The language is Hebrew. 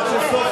אוה.